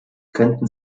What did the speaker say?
könnten